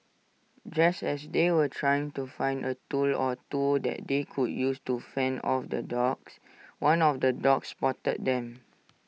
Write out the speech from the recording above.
just as they were trying to find A tool or two that they could use to fend off the dogs one of the dogs spotted them